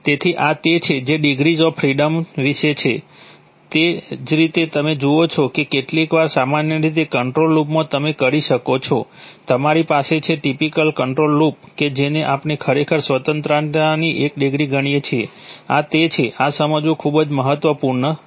તેથી આ તે છે જે ડિગ્રીઝ ઓફ ફ્રિડમ વિશે છે તે જ રીતે તમે જુઓ છો કે કેટલીકવાર સામાન્ય રીતે કંટ્રોલ લૂપમાં તમે કરી શકો છો તમારી પાસે છે ટીપીકલ કંટ્રોલ લૂપ કે જેને આપણે ખરેખર સ્વતંત્રતાની એક ડિગ્રી ગણીએ છીએ આ તે છે આ સમજવું ખૂબ જ મહત્વપૂર્ણ છે